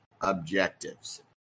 Objectives